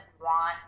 want